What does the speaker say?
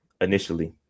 initially